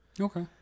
okay